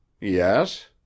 Yes